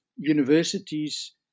Universities